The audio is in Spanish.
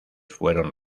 fueron